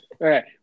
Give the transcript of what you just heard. right